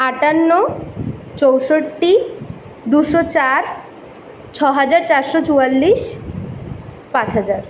আটান্ন চৌষট্টি দুশো চার ছ হাজার চারশো চুয়াল্লিশ পাঁচ হাজার